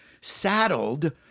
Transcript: saddled